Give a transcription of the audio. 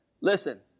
listen